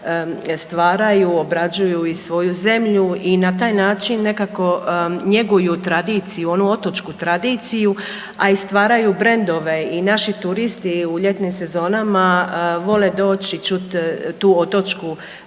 stvaraju, obrađuju i svoju zemlju i na taj način nekako njeguju tradiciju, onu otočku tradiciju, a i stvaraju brendove. I naši turisti u ljetnim sezonama vole doći i čuti tu otočku priču.